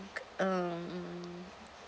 um